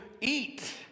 eat